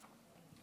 בבקשה.